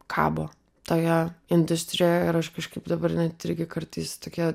kabo toje industrijoj ir aš kažkaip dabar net irgi kartais tokia